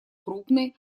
крупной